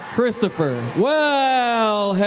christopher! well,